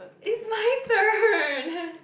it's my turn